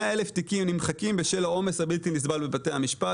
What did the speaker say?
100,000 תיקים נמחקים בשל העומס הבלתי-נסבל בבתי המשפט.